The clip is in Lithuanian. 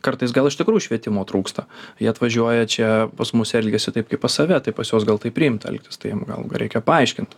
kartais gal iš tikrųjų švietimo trūksta jie atvažiuoja čia pas mus elgiasi taip kaip pas save tai pas juos gal taip priimta elgtis tai jiem gal reikia paaiškint